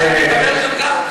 שאני חבר שלך,